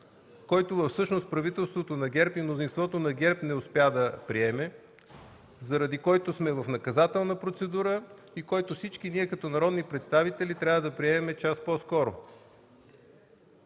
който всъщност правителството на ГЕРБ и мнозинството на ГЕРБ не успя да приеме, заради който сме в наказателна процедура и който всички ние, като народни представители, трябва да приемем час по-скоро?